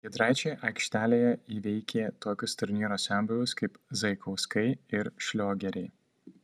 giedraičiai aikštelėje įveikė tokius turnyro senbuvius kaip zaikauskai ir šliogeriai